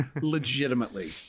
legitimately